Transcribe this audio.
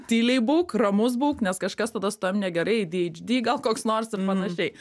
tyliai būk ramus būk nes kažkas tada su tavim negerai adhd gal koks nors ir panašiai